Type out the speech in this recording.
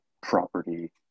property